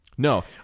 No